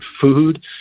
food